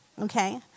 okay